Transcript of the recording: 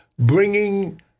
Bringing